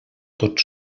tot